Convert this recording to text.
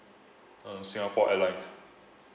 uh Singapore Airlines